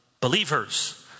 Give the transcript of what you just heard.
believers